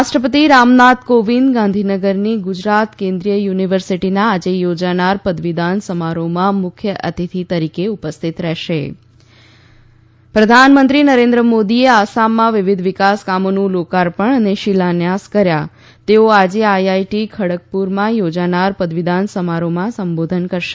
રાષ્ટ્રપતિ રામનાથ કોવિંદ ગાંધીનગરની ગુજરાત કેન્દ્રિય યુનિવર્સિટીના આજે યોજાનાર પદવીદાન સમારોહમાં મુખ્ય અતિથી તરીકે ઉપસ્થિત રહેશે પ્રધાનમંત્રી નરેન્દ્ર મોદીએ આસામમાં વિવિધ વિકાસકામોનું લોકાર્પણ અને શિલાન્યાસ કર્યા તેઓ આજે આઈ આઈ ટી ખડગપુરમાં યોજાનાર પદવીદાન સમારોહમાં સંબોધન કરશે